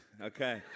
okay